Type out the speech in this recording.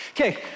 Okay